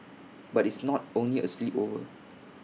but it's not only A sleepover